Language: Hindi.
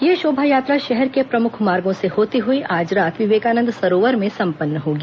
यह शोभा यात्रा शहर के प्रमुख मार्गों से होती हुई आज रात विवेकानंद सरोवर में संपन्न होगी